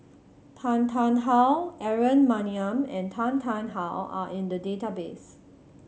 Tan Tarn How Aaron Maniam and Tan Tarn How are in the database